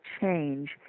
change